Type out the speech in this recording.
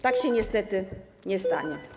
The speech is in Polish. Tak się niestety nie stanie.